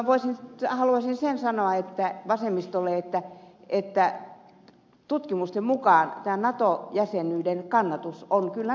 sen haluaisin sanoa vasemmistolle että tutkimusten mukaan nato jäsenyyden kannatus on kyllä nousussa